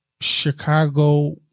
Chicago